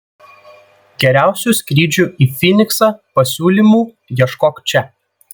geriausių skrydžių į fyniksą pasiūlymų ieškok čia